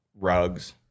rugs